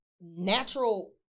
natural